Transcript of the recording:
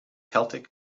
celtic